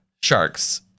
sharks